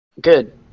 good